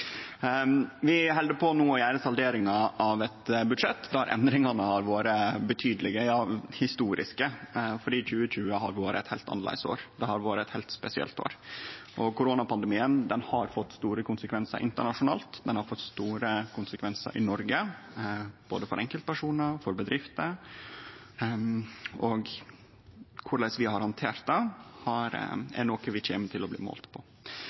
Vi held no på med å saldere eit budsjett der endringane har vore betydelege, ja, historiske, fordi 2020 har vore eit heilt annleis år. Det har vore eit heilt spesielt år. Koronapandemien har fått store konsekvensar internasjonalt, og han har fått store konsekvensar i Noreg, både for enkeltpersonar og for bedrifter, og korleis vi har handtert det, er noko vi kjem til å bli målt på.